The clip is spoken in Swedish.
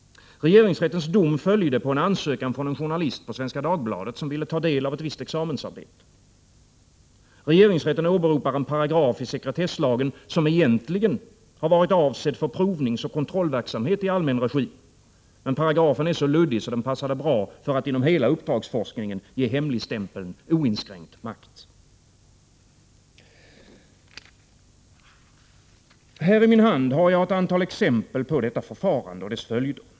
Regeringsrättens dom följde på en ansökan från en journalist på Svenska Dagbladet, som ville ta del av ett visst examensarbete. Regeringsrätten åberopar en paragraf i sekretesslagen, som egentligen har varit avsedd för provningsoch kontrollverksamhet i allmän regi, men paragrafen är så luddig, att den passade bra för att inom hela uppdragsforskningen ge hemligstämpeln oinskränkt makt. Här i min hand har jag ett antal exempel på detta förfarande och dess följder.